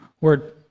word